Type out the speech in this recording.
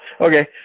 Okay